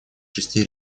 шести